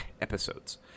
episodes